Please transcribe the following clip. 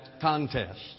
contest